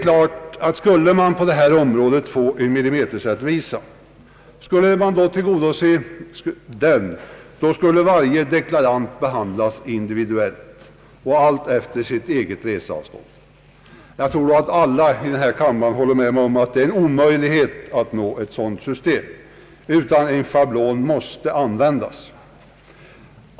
Om man på detta område skulle försöka uppnå millimeterrättvisa borde varje deklarant behandlas individuellt alltefter sitt eget resavstånd. Jag tror att alla i denna kammare håller med mig om att det är omöjligt att införa ett sådant system; en schablon måste användas.